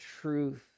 truth